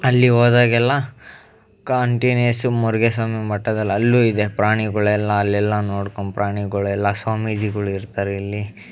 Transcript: ಅಲ್ಲಿಗೆ ಹೋದಾಗೆಲ್ಲ ಕಾಂಟಿನ್ಯುಯೆಸ್ಸು ಮುರುಗೇಸ್ವಾಮಿ ಮಠದಲ್ಲಿ ಅಲ್ಲೂ ಇದೆ ಪ್ರಾಣಿಗಳೆಲ್ಲ ಅಲ್ಲೆಲ್ಲ ನೋಡ್ಕೊಂಡು ಪ್ರಾಣಿಗಳೆಲ್ಲ ಸ್ವಾಮೀಜಿಗಳಿರ್ತಾರೆ ಇಲ್ಲಿ